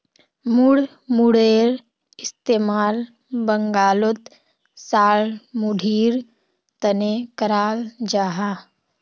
मुड़मुड़ेर इस्तेमाल बंगालोत झालमुढ़ीर तने कराल जाहा